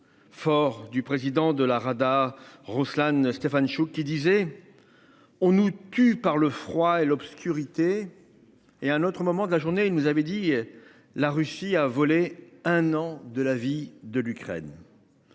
Forts du président de la Rada Rouslan Stefantchouk qui disait. On nous tue par le froid et l'obscurité. Et un autre moment de la journée, il nous avait dit. La Russie a volé un an de la vie de l'Ukraine.